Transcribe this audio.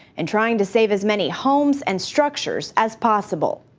and trying to save as many homes and structures as possible.